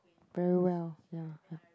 very well ya ya